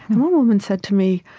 and one woman said to me,